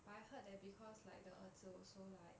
but I heard that because like the 儿子 also like